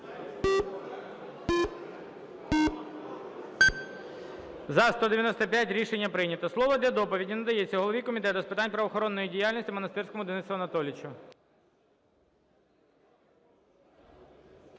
За-195 Рішення прийнято. Слово для доповіді надається голові Комітету з питань правоохоронної діяльності Монастирському Денису Анатолійовичу.